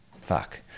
Fuck